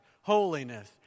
holiness